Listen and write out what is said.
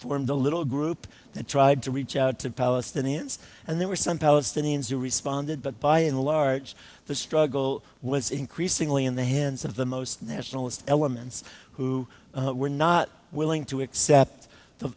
formed a little group that tried to reach out to palestinians and there were some palestinians who responded but by and large the struggle was increasingly in the hands of the most nationalist elements who were not willing to accept